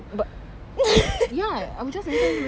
but